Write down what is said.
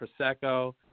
Prosecco